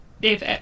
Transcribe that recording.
Dave